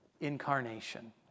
incarnation